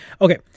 Okay